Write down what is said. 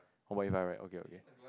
one point eight five right okay okay